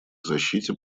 защите